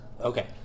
Okay